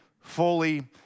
fully